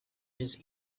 his